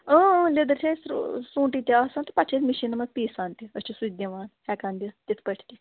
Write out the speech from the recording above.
لیٚدٕر چھِ اَسہِ سرٛوٗنٛٹٕے تہِ آسان تہٕ پتہٕ چھِ أسۍ مشیٖنن منٛز پیٖسان تہِ أسۍ چھِ سُہ تہِ دِوان ہٮ۪کان دِتھ تِتھٕ پٲٹھۍ تہِ